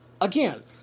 again